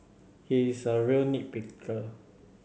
he is a real nit picker